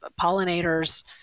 pollinators